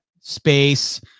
space